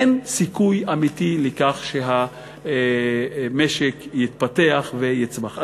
אין סיכוי אמיתי שהמשק יתפתח ויצמח.